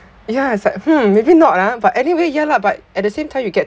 ya it's like hmm maybe not lah but anyway ya lah but at the same time you get